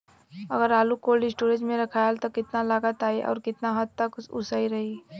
अगर आलू cold storage में रखायल त कितना लागत आई अउर कितना हद तक उ सही रही?